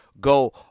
go